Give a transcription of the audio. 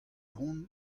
hont